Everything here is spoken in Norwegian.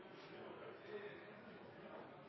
stor